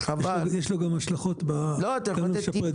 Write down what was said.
יש לה גם השכלות לאלה שמחוסרי דיור.